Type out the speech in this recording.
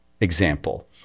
example